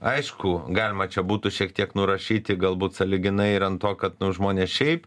aišku galima čia būtų šiek tiek nurašyti galbūt sąlyginai ir ant to kad nu žmonės šiaip